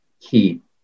keep